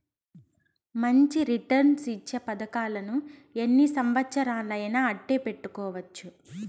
మంచి రిటర్న్స్ ఇచ్చే పతకాలను ఎన్ని సంవచ్చరాలయినా అట్టే పెట్టుకోవచ్చు